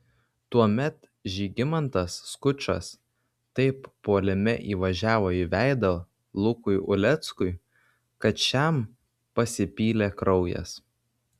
tuomet žygimantas skučas taip puolime įvažiavo į veidą lukui uleckui kad šiam pasipylė kraujas